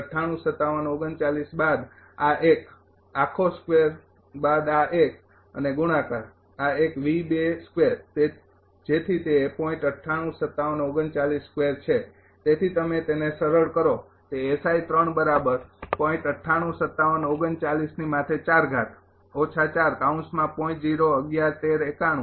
૯૮૫૭૩૯ બાદ આ એક આખો સ્કેવર બાદ આ એક અને ગુણાકાર આ એક V ૨ સ્કેવર જેથી તે ૦